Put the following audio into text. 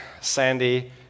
Sandy